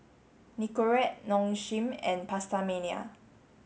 Nicorette Nong Shim and PastaMania